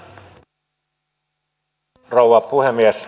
arvoisa rouva puhemies